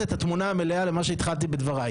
את התמונה המלאה למה שהתחלתי בדבריי.